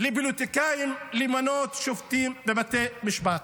לפוליטיקאים למנות שופטים לבתי משפט.